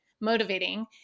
motivating